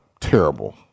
terrible